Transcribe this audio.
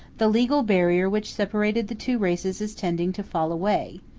the legal barrier which separated the two races is tending to fall away,